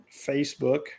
Facebook